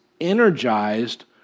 energized